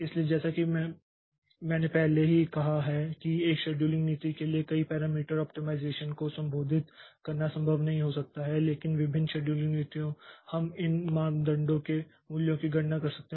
इसलिए जैसा कि मैंने पहले ही कहा है कि एक शेड्यूलिंग नीति के लिए कई पैरामीटर ऑप्टिमाइज़ेशन को संबोधित करना संभव नहीं हो सकता है लेकिन विभिन्न शेड्यूलिंग नीतियां हम इन मापदंडों के मूल्यों की गणना कर सकते हैं